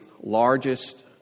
largest